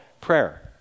prayer